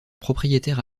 propriétaires